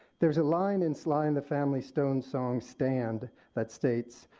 there is a line in sly and the family stone song stand that states,